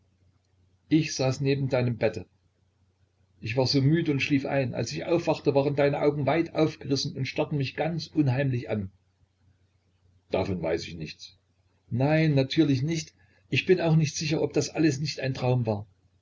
ich saß neben deinem bett ich war so müde und schlief ein als ich aufwachte waren deine augen weit aufgerissen und starrten mich ganz unheimlich an davon weiß ich nichts nein natürlich nicht ich bin auch nicht sicher ob das alles nicht ein traum war